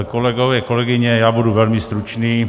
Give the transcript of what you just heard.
Kolegové, kolegyně, já budu velmi stručný.